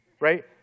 right